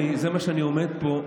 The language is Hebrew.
זה מה שאני מסביר פה.